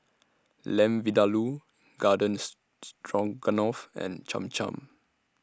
Lamb Vindaloo Gardens Stroganoff and Cham Cham